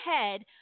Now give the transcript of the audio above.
ahead